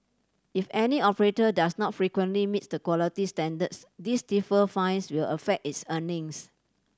if any operator does not frequently meet the quality standards these stiffer fines will affect its earnings